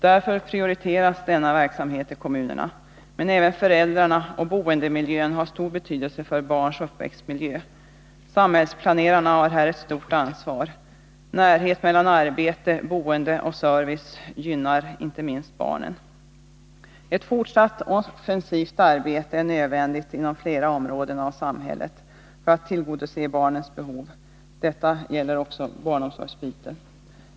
Därför prioriteras denna verksamhet i kommunerna, men även föräldrarna och boendemiljön har stor betydelse för barns uppväxtmiljö. Samhällsplanerarna har här ett stort ansvar. Närhet mellan arbete, boende och service gynnar inte minst barnen. Ett fortsatt offensivt arbete är nödvändigt inom flera områden av samhället för att tillgodose barnens behov. Detta gäller även inom barnomsorgen.